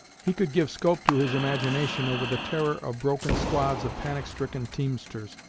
he could give scope to his imagination over the terror of broken squads of panic-stricken teamsters,